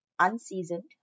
Unseasoned